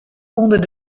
ûnder